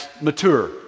mature